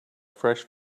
fresh